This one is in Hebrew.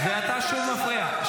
ואתה שוב מפריע.